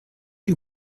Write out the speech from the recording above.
you